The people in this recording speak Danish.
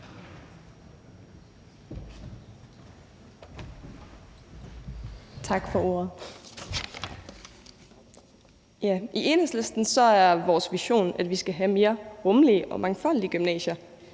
Tak for ordet. I Enhedslisten er vores vision, at vi skal have mere rummelige og mangfoldige gymnasier,